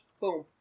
Boom